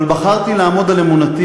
אבל בחרתי לעמוד על אמונתי,